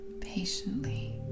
patiently